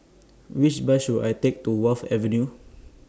Which Bus should I Take to Wharf Avenue